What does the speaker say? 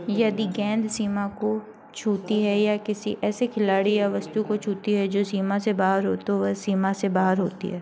यदि गेंद सीमा को छूती है या किसी ऐसे खिलाड़ी या वस्तु को छूती है जो सीमा से बाहर हो तो वह सीमा से बाहर होती है